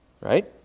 right